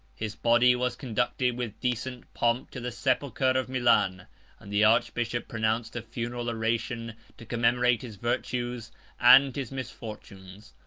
his body was conducted with decent pomp to the sepulchre of milan and the archbishop pronounced a funeral oration to commemorate his virtues and his misfortunes.